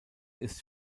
ist